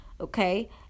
Okay